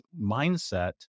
Mindset